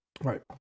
Right